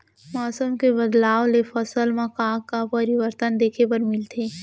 मौसम के बदलाव ले फसल मा का का परिवर्तन देखे बर मिलथे?